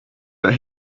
but